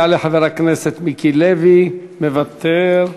יעלה חבר הכנסת מיקי לוי, מוותר.